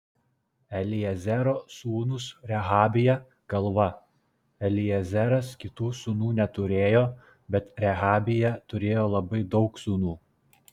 eliezero sūnus rehabija galva eliezeras kitų sūnų neturėjo bet rehabija turėjo labai daug sūnų